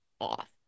off